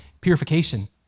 purification